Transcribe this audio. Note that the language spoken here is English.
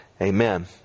Amen